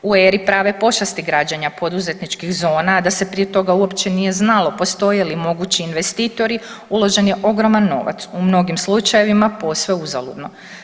U eri prave pošasti građenja poduzetničkih zona, a da se prije toga uopće nije znalo postoje li mogući investitori uložen je ogroman novac, u mnogim slučajevima posve uzaludno.